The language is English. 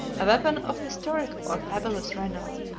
a weapon of historic or fabulous renown,